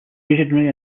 visionary